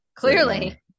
Clearly